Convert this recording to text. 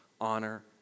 honor